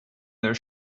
their